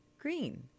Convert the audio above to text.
green